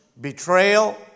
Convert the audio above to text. betrayal